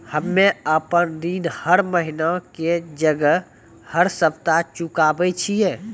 हम्मे आपन ऋण हर महीना के जगह हर सप्ताह चुकाबै छिये